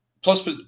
Plus